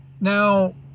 Now